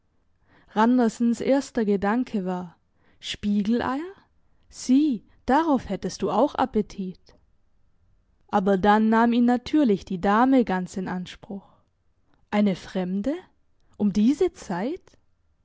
randersens erster gedanke war spiegeleier sieh darauf hättest du auch appetit aber dann nahm ihn natürlich die dame ganz in anspruch eine fremde um diese zeit